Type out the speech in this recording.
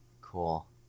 Cool